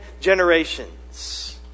generations